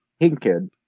Hinkin